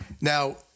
Now